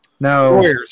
No